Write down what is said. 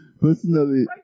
Personally